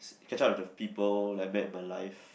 catch up with the people like met in my life